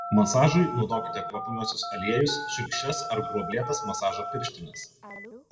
masažui naudokite kvapniuosius aliejus šiurkščias ar gruoblėtas masažo pirštines